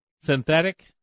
synthetic